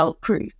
proof